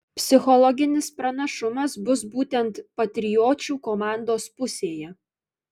psichologinis pranašumas bus būtent patriočių komandos pusėje